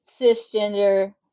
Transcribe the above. cisgender